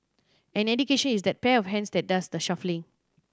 and education is that pair of hands that does the shuffling